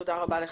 תודה.